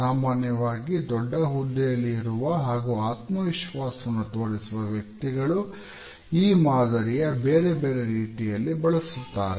ಸಾಮಾನ್ಯವಾಗಿ ದೊಡ್ಡ ಹುದ್ದೆಯಲ್ಲಿ ಇರುವ ಹಾಗೂ ಆತ್ಮವಿಶ್ವಾಸವನ್ನು ತೋರಿಸುವ ವ್ಯಕ್ತಿಗಳು ಈ ಮಾದರಿಯ ಬೇರೆ ಬೇರೆ ರೀತಿಯಲ್ಲಿ ಬಳಸುತ್ತಾರೆ